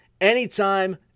anytime